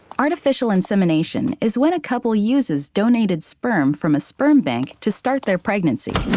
artificial insemination is when a couple uses donated sperm from a sperm bank to start their pregnancy.